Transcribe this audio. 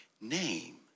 name